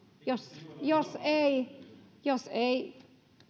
jos ei jos ei